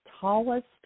tallest